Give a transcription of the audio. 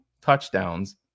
touchdowns